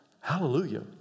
Hallelujah